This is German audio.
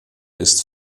ist